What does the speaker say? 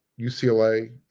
UCLA